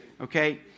Okay